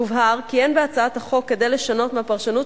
יובהר כי אין בהצעת החוק כדי לשנות מהפרשנות